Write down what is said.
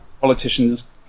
politicians